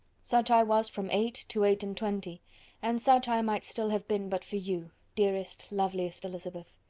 such i was, from eight to eight and twenty and such i might still have been but for you, dearest, loveliest elizabeth!